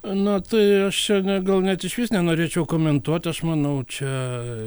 na tai aš čia ne gal net išvis nenorėčiau komentuot aš manau čia